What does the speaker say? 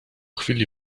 chwili